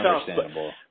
understandable